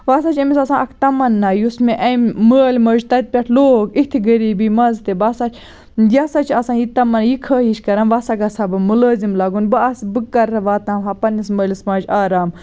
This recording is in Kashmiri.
وۄنۍ ہَسا چھُ أمس آسان اکھ تَمَنّا یُس مےٚ أمۍ مٲلۍ مٲجۍ تَتہِ پیٹھِ لوگ اِتھِ غریٖبی مَنٛز تہِ بہٕ ہَسا یہِ ہَسا چھِ آسان یہِ تَمَنا یہِ خٲہِش کَران وۄنۍ ہَسا گَژھٕ ہہَ بہٕ مُلٲزِم لَگُن بہٕ آسہٕ بہٕ کَر واتناوہا پَننِس مٲلِس ماجہِ آرام